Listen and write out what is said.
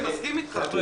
אני מסכים איתך.